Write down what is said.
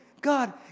God